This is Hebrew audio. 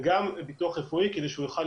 וגם את הביטוח הרפואי כדי שהוא יוכל